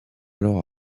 alors